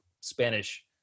Spanish